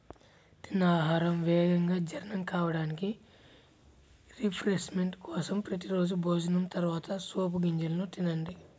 తిన్న ఆహారం వేగంగా జీర్ణం కావడానికి, రిఫ్రెష్మెంట్ కోసం ప్రతి రోజూ భోజనం తర్వాత సోపు గింజలను తినండి